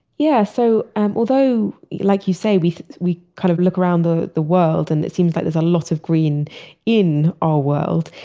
yeah, so although, like you say, we we kind of look around the the world and it seems like there's a lot of green in our world.